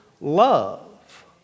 love